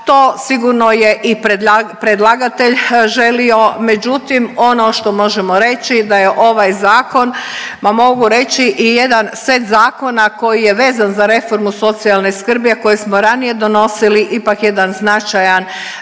To sigurno je i predlagatelj želio, međutim ono što možemo reći da je ovaj zakon, ma mogu reći i jedan set zakona koji je vezan za reformu socijalne skrbi a koji smo ranije donosili ipak jedan značajan